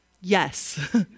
Yes